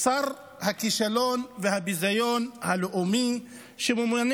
את שר הכישלון והביזיון הלאומי שממונה